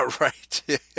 right